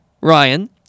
Ryan